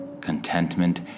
Contentment